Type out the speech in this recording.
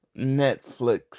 Netflix